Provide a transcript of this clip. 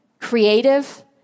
creative